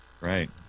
Right